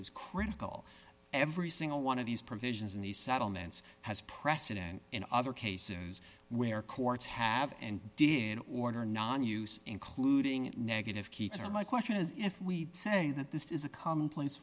is critical every single one of these provisions in these settlements has precedent in other cases where courts have and did order nonuse including negative keycard my question is if we say that this is a commonplace